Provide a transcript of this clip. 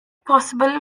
possible